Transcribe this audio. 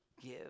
give